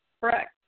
correct